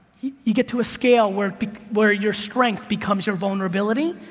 you get to a scale where where your strength becomes your vulnerability,